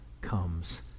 comes